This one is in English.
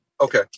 Okay